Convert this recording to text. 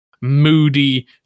moody